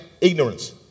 ignorance